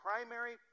primary